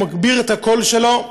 הוא מגביר את הקול שלו,